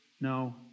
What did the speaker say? No